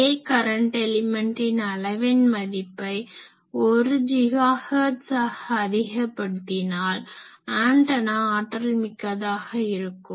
இதே கரன்ட் எலிமென்ட்டின் அலைவெண் மதிப்பை 1 GHz ஆக அதிகபடுத்தினால் ஆன்டனா ஆற்றல்மிக்கதாக இருக்கும்